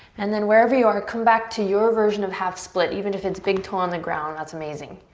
and then wherever you are, come back to your version of half split. even if it's big toe on the ground, that's amazing.